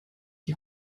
die